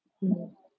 you know